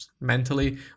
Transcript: Mentally